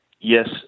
yes